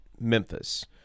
Memphis